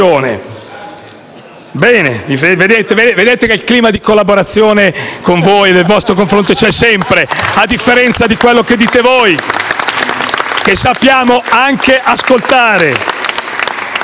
Bene, vedete che il clima di collaborazione nei vostri confronti c'è sempre? A differenza di quello che voi dite, sappiamo anche ascoltare.